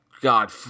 God